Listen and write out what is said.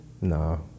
No